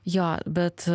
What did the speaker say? jo bet